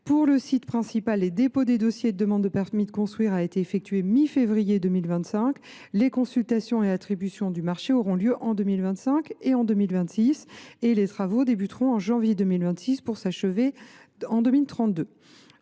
Pour le site principal, le dépôt des dossiers de demande de permis de construire a été effectué à la mi février 2025. Les consultations et attributions du marché de travaux auront lieu en 2025 et en 2026. Les travaux de construction débuteront quant à eux en janvier 2026 pour s’achever en 2032.